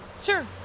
sure